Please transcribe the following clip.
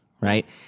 right